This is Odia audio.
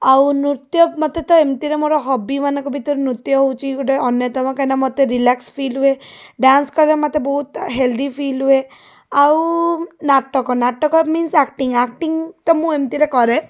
ଆଉ ନୃତ୍ୟ ମୋତେ ତ ଏମତିରେ ମୋର ହବିମାନଙ୍କ ଭିତରେ ନୃତ୍ୟ ହେଉଛି ଅନ୍ୟତମ କାଇଁନା ମୋତେ ରିଲାକ୍ସ ଫିଲ୍ ହୁଏ ଡ୍ୟାନ୍ସ କଲେ ମୋତେ ବହୁତ ହେଲ୍ଦି ଫିଲ୍ ହୁଏ ଆଉ ନାଟକ ନାଟକ ମିନ୍ସ ଆକ୍ଟିଙ୍ଗ ଆକ୍ଟିଙ୍ଗ ତ ମୁଁ ଏମିତି କରେ